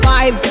Five